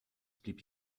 blieb